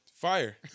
Fire